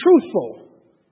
truthful